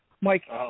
Mike